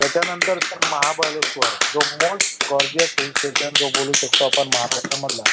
त्याच्यानंतरचं सर महाबळेश्वर जो most gorgeous hill station जो बोलू शकतो आपण महाराष्ट्रामधला